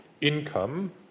income